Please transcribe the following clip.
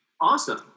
awesome